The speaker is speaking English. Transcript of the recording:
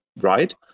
right